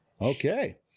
okay